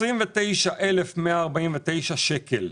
29,149 שקלים.